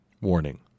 Warning